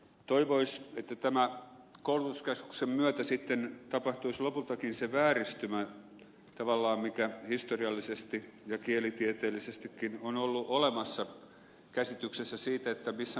toivoisi että tämän koulutuskeskuksen myötä sitten poistuisi lopultakin se vääristymä tavallaan mikä historiallisesti ja kielitieteellisestikin on ollut olemassa käsityksessä siitä missä mennään